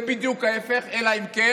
זה בדיוק ההפך, אלא אם כן